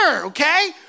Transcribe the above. okay